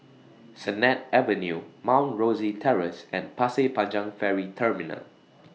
Sennett Avenue Mount Rosie Terrace and Pasir Panjang Ferry Terminal